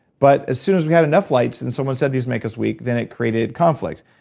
but as soon as we had enough lights, and someone said these make us weak, then it created conflict.